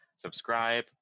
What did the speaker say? Subscribe